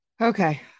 okay